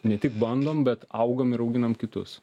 ne tik bandom bet augam ir auginam kitus